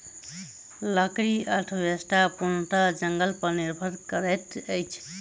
लकड़ी अर्थव्यवस्था पूर्णतः जंगल पर निर्भर करैत अछि